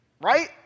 Right